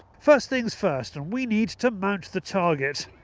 first things first and we need to mount the target.